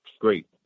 Great